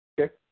Okay